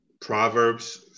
Proverbs